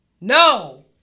No